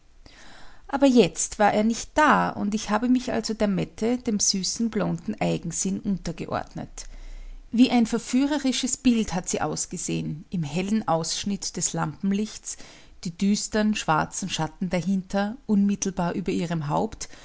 aber jetzt war er nicht da und ich habe mich also der mette dem süßen blonden eigensinn untergeordnet wie ein verführerisches bild hat sie ausgesehen im hellen ausschnitt des lampenlichts die düsteren schwarzen schatten dahinter unmittelbar über ihrem haupt